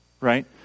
Right